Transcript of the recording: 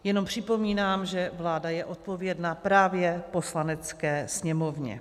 Jenom připomínám, že vláda je odpovědná právě Poslanecké sněmovně.